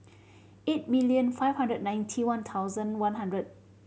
eight million five hundred ninety one thousand one hundred